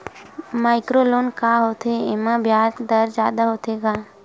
Micro loan का होथे येमा ब्याज दर जादा होथे का?